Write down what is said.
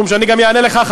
אני גם אענה לך,